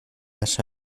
vas